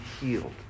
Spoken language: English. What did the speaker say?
healed